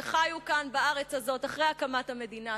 שחיו בארץ הזאת אחרי הקמת המדינה,